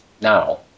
Now